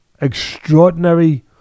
extraordinary